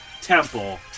temple